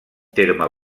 terme